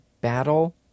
battle